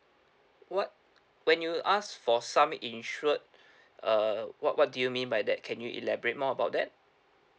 what when you ask for sum insured err what what do you mean by that can you elaborate more about that